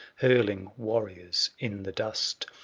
hurling warriors in the dust.